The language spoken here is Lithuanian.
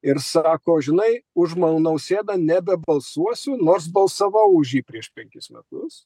ir sako žinai už nausėdą nebebalsuosiu nors balsavau už jį prieš penkis metus